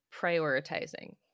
prioritizing